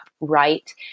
right